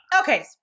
okay